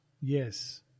Yes